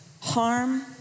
harm